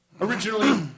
Originally